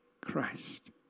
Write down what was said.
Christ